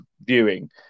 viewing